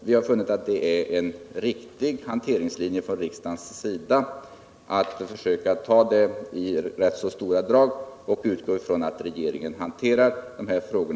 Vi har funnit att det för riksdagen är en riktig handlingslinje att ta det i rätt stora drag och utgå ifrån att regeringen hanterar dessa frågor.